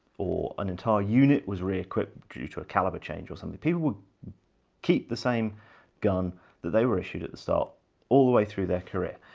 or an entire unit was reequipped due to a caliber change or something, people will keep the same gun that they were issued at the start all the way through their career.